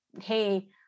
hey